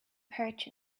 perch